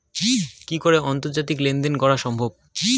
কি করে আন্তর্জাতিক লেনদেন করা সম্ভব?